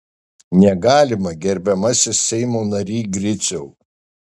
negalima gerbiamasis seimo nary griciau